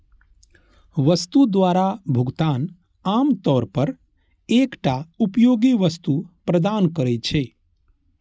वस्तु द्वारा भुगतान आम तौर पर एकटा उपयोगी वस्तु प्रदान करै छै